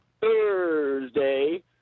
Thursday